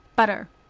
butter.